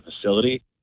facility